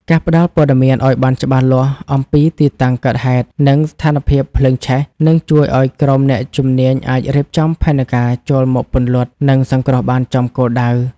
ការផ្ដល់ព័ត៌មានឱ្យបានច្បាស់លាស់អំពីទីតាំងកើតហេតុ និងស្ថានភាពភ្លើងឆេះ នឹងជួយឱ្យក្រុមអ្នកជំនាញអាចរៀបចំផែនការចូលមកពន្លត់ និងសង្គ្រោះបានចំគោលដៅ។